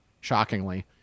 shockingly